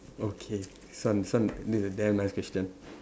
okay this one this one this is a damn nice question